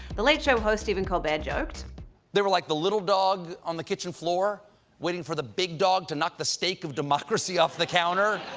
the late show host stephen colbert joked they were like the little dog on the kitchen floor waiting for the big dog to knock the steak of democracy off the counter.